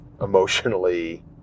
emotionally